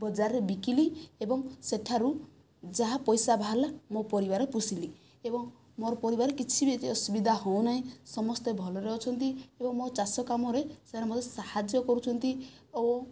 ବଜାରରେ ବିକିଲି ଏବଂ ସେଠାରୁ ଯାହା ପଇସା ବାହାରିଲା ମୋ ପରିବାର ପୋଷିଲି ଏବଂ ମୋର ପରିବାର କିଛି ବି ଆଜି ଅସୁବିଧା ହେଉନାହିଁ ସମସ୍ତେ ଭଲରେ ଅଛନ୍ତି ଏବଂ ମୋ ଚାଷ କାମରେ ସେମାନେ ମୋତେ ସାହାଯ୍ୟ କରୁଛନ୍ତି ଓ